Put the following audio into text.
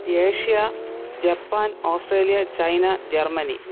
Asia Japan Australia China Germany